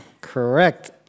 Correct